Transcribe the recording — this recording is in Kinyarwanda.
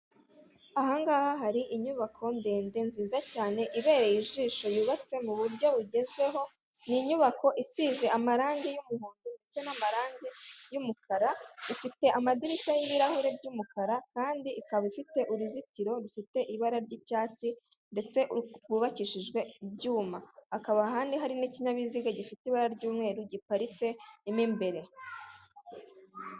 Ahangaha hari inyubako ndende nziza cyane ibereye ijisho yubatse mu buryo bugezweho, ni inyubako isizwe amarangi y'umuhondo ndetse n'amarangi yumukara, ifite amadirishya y'ibirahure by'umukara, kandi ikaba ifite uruzitiro rufite ibara ry'icyatsi, ndetse rwubakishijwe ibyuma hakaba ahandi hari n'ikinyabiziga gifite ibara ry'umweru giparitsemo imbere.